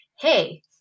hey